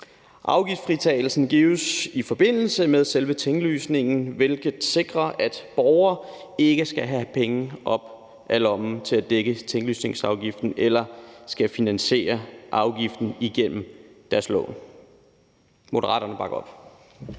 Afgiftsfritagelsen gives i forbindelse med selve tinglysningen, hvilket sikrer, at borgere ikke skal have penge op af lommen til at dække tinglysningsafgiften eller skal finansiere afgiften igennem deres lån. Moderaterne bakker op.